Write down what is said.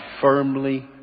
firmly